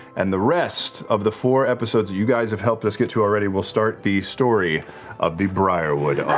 and the rest of the four episodes that you guys have helped us get to already will start the story of the briarwood